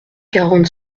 quarante